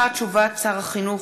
הודעת שר החינוך,